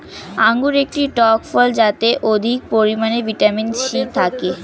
আঙুর একটি টক ফল যাতে অধিক পরিমাণে ভিটামিন সি থাকে